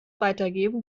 weitergeben